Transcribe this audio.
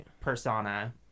persona